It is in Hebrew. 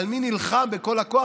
מי נלחם בכל הכוח?